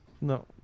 No